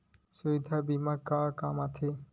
सुवास्थ बीमा का काम आ थे?